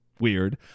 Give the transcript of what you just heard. weird